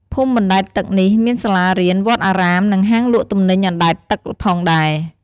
ភូមិបណ្ដែតទឹកនេះមានសាលារៀន វត្តអារាម និងហាងលក់ទំនិញអណ្ដែតទឹកផងដែរ។